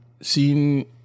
seen